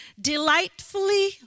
Delightfully